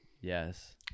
Yes